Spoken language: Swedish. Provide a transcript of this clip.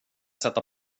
sätta